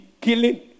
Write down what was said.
killing